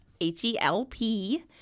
H-E-L-P